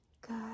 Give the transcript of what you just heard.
Good